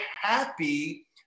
happy